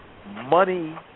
Money